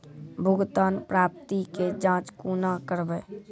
भुगतान प्राप्ति के जाँच कूना करवै?